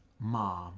mom